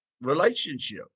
relationship